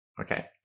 okay